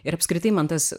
ir apskritai man tas